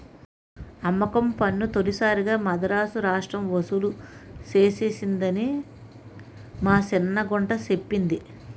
అమ్మకం పన్ను తొలిసారిగా మదరాసు రాష్ట్రం ఒసూలు సేసిందని మా సిన్న గుంట సెప్పింది